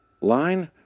line